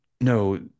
No